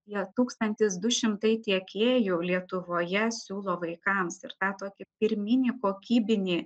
jie tūkstantis du šimtai tiekėjų lietuvoje siūlo vaikams ir tą tokį pirminį kokybinį